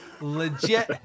legit